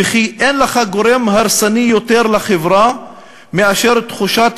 ו"אין לך גורם הרסני יותר לחברה מאשר תחושת